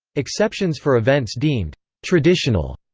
exceptions for events deemed traditional,